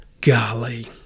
Golly